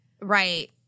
right